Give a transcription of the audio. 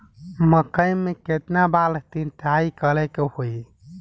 मकई में केतना बार सिंचाई करे के होई?